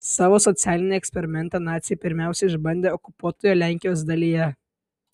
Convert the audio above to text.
savo socialinį eksperimentą naciai pirmiausia išbandė okupuotoje lenkijos dalyje